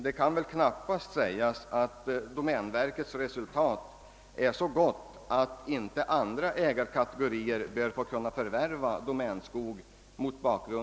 Domänverkets ekonomiska resultat kan knappast betraktas som så gott, att det bör få hindra andra ägarkategorier att förvärva domänskog.